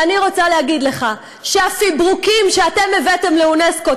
ואני רוצה להגיד לך שהפברוקים שאתם הבאתם לאונסק"ו,